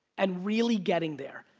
and really getting there.